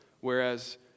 whereas